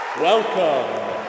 Welcome